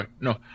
No